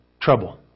trouble